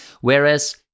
whereas